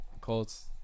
Colts